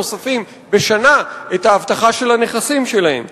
נוספים בשנה את האבטחה של הנכסים שלהם?